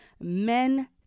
men